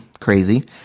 crazy